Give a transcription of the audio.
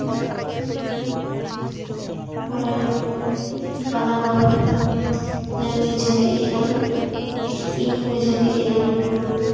ᱯᱚᱨᱮ ᱵᱟᱱᱟ ᱦᱚᱲᱞᱮ ᱵᱩᱡᱷᱟᱹᱣ ᱠᱮᱫ ᱠᱤᱱᱟᱹ ᱤᱧᱤᱧ ᱵᱩᱡᱷᱟᱹᱣ ᱠᱮᱫ ᱠᱤᱱᱟᱹ